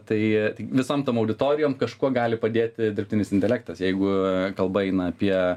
tai visom tom auditorijom kažkuo gali padėti dirbtinis intelektas jeigu kalba eina apie